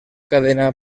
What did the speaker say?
cadena